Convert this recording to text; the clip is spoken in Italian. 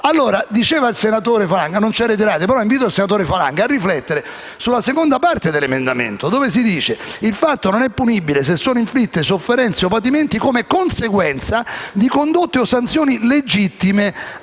D'Ascola. Diceva il senatore Falanga che manca la parola «reiterate», però invito il senatore Falanga a riflettere sulla seconda parte dell'emendamento, dove si dice: «Il fatto non è punibile se sono inflitte sofferenze o patimenti come conseguenza di condotte o sanzioni legittime